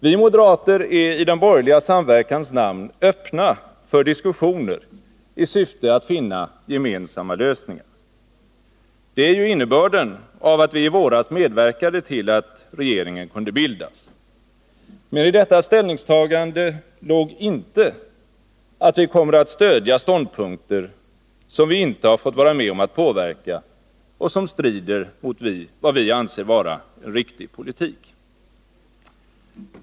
Vi moderater är i den borgerliga samverkans namn öppna för diskussioner i syfte att finna gemensamma lösningar. Det är ju innebörden av att vi i våras medverkade till att regeringen kunde bildas. Men i detta ställningstagande låg inte att vi kommer att stödja ståndpunkter som vi inte har fått vara med om att påverka och som strider mot vad vi anser vara en riktig politik.